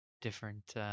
different